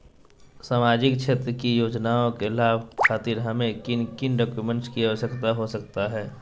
सामाजिक क्षेत्र की योजनाओं के लाभ खातिर हमें किन किन डॉक्यूमेंट की आवश्यकता हो सकता है?